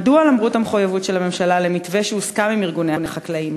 מדוע למרות המחויבות של הממשלה למתווה שהוסכם עם ארגוני החקלאים,